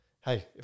hey